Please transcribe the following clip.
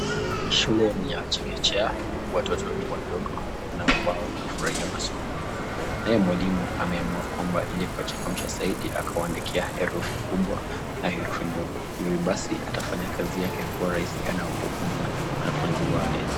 Shule ni ya chekechea, watoto ni wadogo na wao wanafurahia masomo. Naye mwalimu ameamua kwamba ili kuchangamsha zaidi akawaandikia herufi kubwa na herufi ndogo. Hivyo basi atafanya kazi yake kuwa rahisi anapofunza wanafunzi wale.